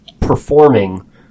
performing